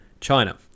China